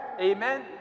Amen